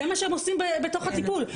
זה מה שהם עושים בתוך הטיפול.